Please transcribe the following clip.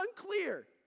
unclear